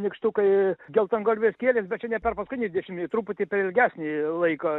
nykštukai geltongalvės kielės bet čia ne per paskutinį dešimį truputį per ilgesnį laiką